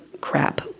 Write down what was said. crap